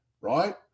right